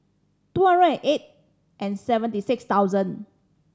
two zero eight and seventy six thousand